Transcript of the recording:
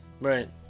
Right